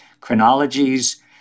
chronologies